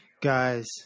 Guys